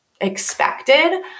expected